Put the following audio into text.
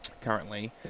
currently